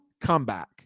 comeback